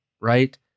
right